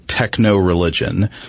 techno-religion